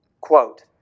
Quote